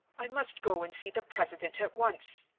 i must go and see the president at once.